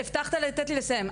הבטחת לתת לי לסיים.